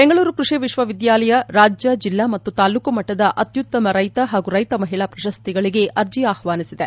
ಬೆಂಗಳೂರು ಕೃಷಿ ವಿಶ್ವವಿದ್ದಾಲಯ ರಾಜ್ಯ ಜಿಲ್ಲಾ ಮತ್ತು ತಾಲ್ಲೂಕು ಮಟ್ಟದ ಅತ್ಯುತ್ತಮ ರೈತ ಹಾಗೂ ರೈತ ಮಹಿಳಾ ಪ್ರಶಸ್ತಿಗಳಿಗೆ ಆರ್ಜ ಆಹ್ಲಾನಿಸಿದೆ